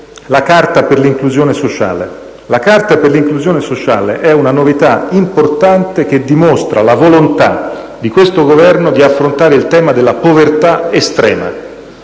assente. Voglio citare la carta per l'inclusione sociale: è una novità importante che dimostra la volontà di questo Governo di affrontare il tema della povertà estrema,